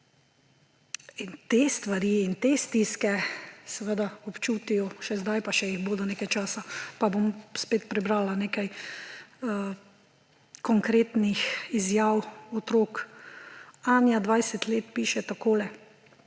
Te stvari in te stiske seveda občutijo še zdaj, pa jih bodo še nekaj časa, pa bom spet prebrala nekaj konkretnih izjav otrok. Anja, 20 let piše takole: